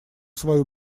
свою